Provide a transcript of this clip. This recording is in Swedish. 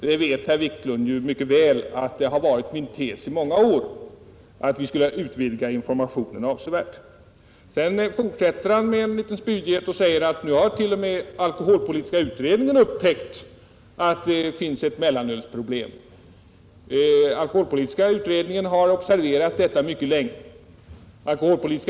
Herr talman! Det var väl ändå onödigt av herr Wiklund i Stockholm att litet spydigt säga att nu har herr Wennerfors äntligen upptäckt att det behövs information i alkoholfrågan. Herr Wiklund vet ju mycket väl att det i många år har varit min tes att vi skulle utvidga informationen avsevärt. ; Sedan fortsatte herr Wiklund med en annan liten spydighet och sade att nu har t.o.m. alkoholpolitiska utredningen upptäckt att vi har ett mellanölsproblem. Det har utredningen haft klart för sig mycket länge.